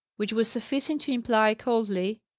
which was sufficient to imply coldly,